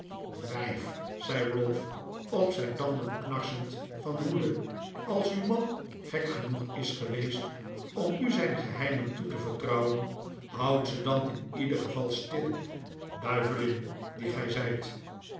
wijf zei ralph op zijn tanden knarsend van woede als uw man gek genoeg is geweest om u zijn geheimen toe te vertrouwen houd ze dan in ieder geval stil duiyeljn die ge zijt